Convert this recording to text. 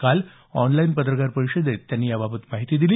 काल ऑनलाइन पत्रकार परिषदेत त्यांनी ही माहिती दिली